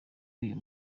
uyu